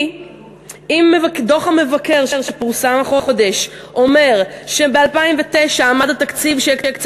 כי אם דוח המבקר שפורסם החודש אומר שב-2009 עמד התקציב שהקצה